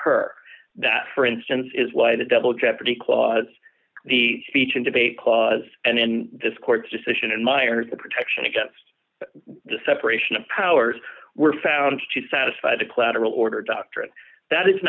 occur that for instance is why the double jeopardy clause the speech and debate clause and then this court's decision in miers the protection against the separation of powers were found to satisfy the collateral order doctrine that is